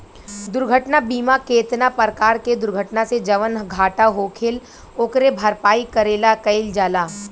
दुर्घटना बीमा केतना परकार के दुर्घटना से जवन घाटा होखेल ओकरे भरपाई करे ला कइल जाला